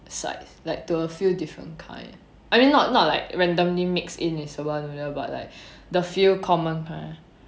sides like to a few different kind I mean not not like randomly mix in with soba noodle but like the few common kind